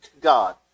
God